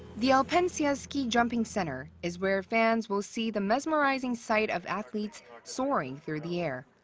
the alpensia ski jumping center is where fans will see the mesmerizing sight of athletes souring through the air.